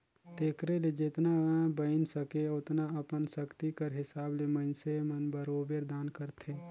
तेकरे ले जेतना बइन सके ओतना अपन सक्ति कर हिसाब ले मइनसे मन बरोबेर दान करथे